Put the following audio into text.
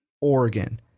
Oregon—